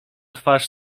twarz